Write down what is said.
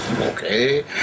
okay